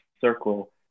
circle